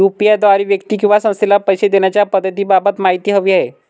UPI द्वारे व्यक्ती किंवा संस्थेला पैसे देण्याच्या पद्धतींबाबत माहिती हवी आहे